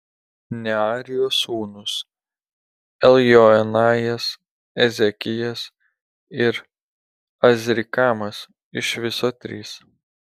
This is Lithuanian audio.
nearijos sūnūs eljoenajas ezekijas ir azrikamas iš viso trys